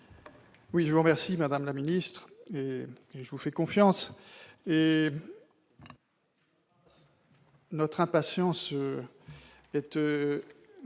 Je vous remercie, madame la ministre, et je vous fais confiance.